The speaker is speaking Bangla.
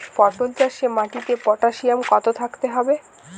পটল চাষে মাটিতে পটাশিয়াম কত থাকতে হবে?